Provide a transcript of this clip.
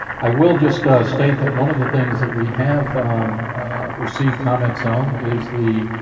i will just a state that one of the things that we have received comments on is the